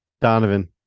Donovan